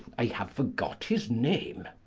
i haue forgot his name